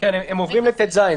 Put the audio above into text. הן עוברות לסעיף 319(טז).